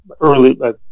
early